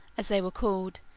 as they were called,